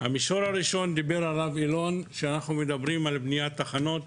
המישור הראשון, עליו דיבר אילון, הוא בניית תחנות.